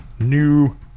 New